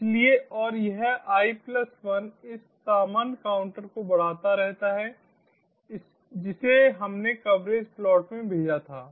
इसलिए और यह I1 इस सामान्य काउंटर को बढ़ाता रहता है जिसे हमने कवरेज प्लॉट में भेजा था